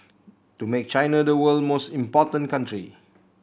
to make China the world most important country